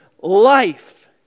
life